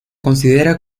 considera